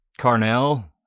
Carnell